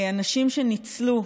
אנשים שניצלו,